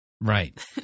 Right